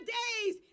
days